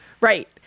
Right